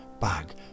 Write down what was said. bag